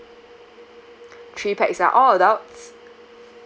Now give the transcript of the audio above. three pax lah all adults